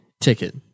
ticket